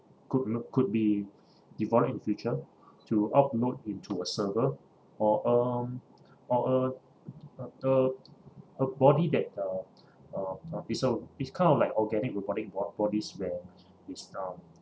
could you know could be developed in the future to upload into a server or um or a a d~ a a body that uh uh uh vessel it's kind of like organic robotic bod~ bodies where it's um